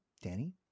Danny